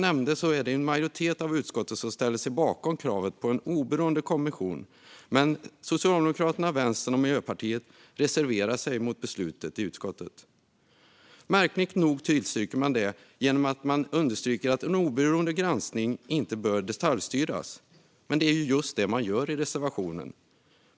En majoritet i utskottet ställer sig bakom kravet på en oberoende kommission, men Socialdemokraterna, Vänsterpartiet och Miljöpartiet reserverar sig mot beslutet i utskottet. Märkligt nog tillstyrker man att det ska göras en oberoende granskning men understryker att den inte bör detaljstyras. Det är dock precis detta man gör i reservationen.